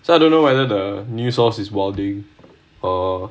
so I don't know whether the new source is writing err